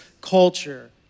culture